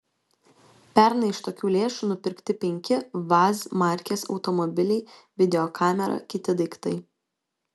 pernai iš tokių lėšų nupirkti penki vaz markės automobiliai videokamera kiti daiktai